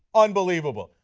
unbelievable.